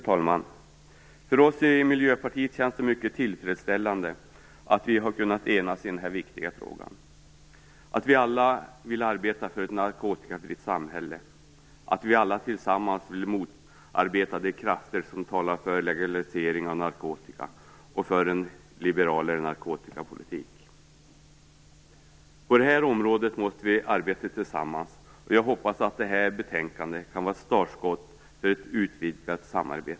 Fru talman! För oss i Miljöpartiet känns det mycket tillfredsställande att vi har kunnat enas i den här viktiga frågan, att vi alla vill arbeta för ett narkotikafritt samhälle, att vi alla tillsammans vill motarbeta de krafter som talar för legalisering av narkotika och för en liberalare narkotikapolitik. På det här området måste vi arbeta tillsammans. Jag hoppas att det här betänkandet kan vara ett startskott för ett utvidgat samarbete.